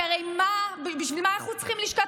כי הרי בשביל מה אנחנו צריכים לשכת